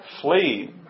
Flee